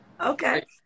Okay